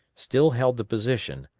still held the position,